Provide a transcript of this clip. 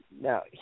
now